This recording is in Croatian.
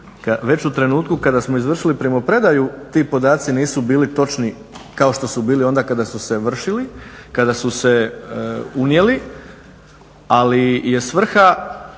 već u trenutku kada smo izvršili primopredaju ti podaci nisu bili točni kao što su bili onda kada su se vršili, kada su se unijeli. Ali je svrha,